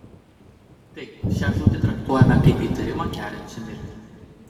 taip šią žūtį traktuojame kaip įtarimą keliančią mirtį